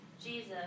Jesus